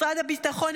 משרד הביטחון,